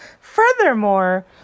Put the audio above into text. Furthermore